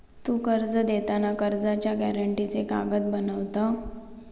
तु कर्ज देताना कर्जाच्या गॅरेंटीचे कागद बनवत?